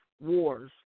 Wars